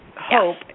hope